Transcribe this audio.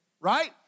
right